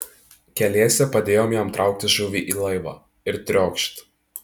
keliese padėjom jam traukti žuvį į laivą ir triokšt